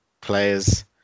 players